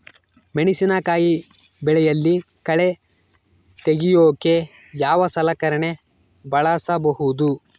ಮೆಣಸಿನಕಾಯಿ ಬೆಳೆಯಲ್ಲಿ ಕಳೆ ತೆಗಿಯೋಕೆ ಯಾವ ಸಲಕರಣೆ ಬಳಸಬಹುದು?